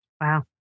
Wow